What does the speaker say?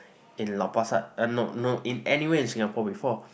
in lau-pa-sat ah no no in anywhere in Singapore before